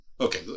okay